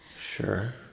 Sure